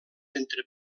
entre